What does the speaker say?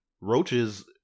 roaches